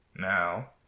Now